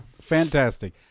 Fantastic